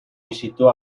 visitó